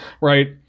right